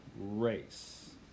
race